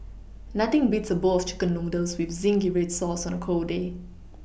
nothing beats a bowl chicken noodles with zingy red sauce on a cold day